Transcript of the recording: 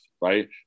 right